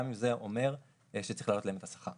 גם אם זה אומר שצריך להעלות להם את השכר.